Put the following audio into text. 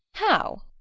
how!